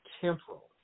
temporal